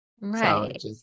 Right